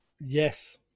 Yes